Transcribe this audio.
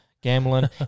gambling